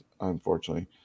unfortunately